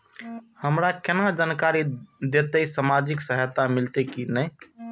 हमरा केना जानकारी देते की सामाजिक सहायता मिलते की ने?